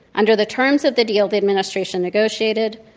under the terms of the deal the administration negotiated,